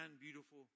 beautiful